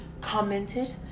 commented